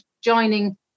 joining